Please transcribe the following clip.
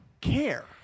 care